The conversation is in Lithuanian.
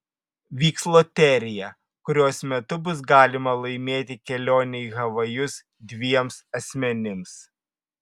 vyks loterija kurios metu bus galima laimėti kelionę į havajus dviems asmenims